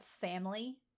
family